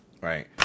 Right